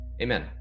Amen